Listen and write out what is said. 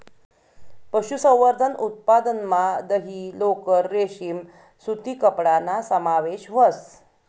पशुसंवर्धन उत्पादनमा दही, लोकर, रेशीम सूती कपडाना समावेश व्हस